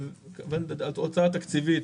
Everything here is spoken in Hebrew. הוצאה תקציבית.